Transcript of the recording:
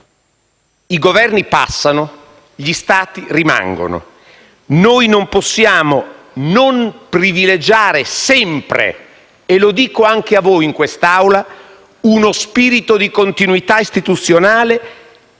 i Governi passano, gli Stati rimangono. Noi non possiamo non privilegiare sempre, e lo dico anche a voi in quest'Aula, uno spirito di continuità istituzionale,